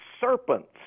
serpents